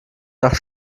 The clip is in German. nach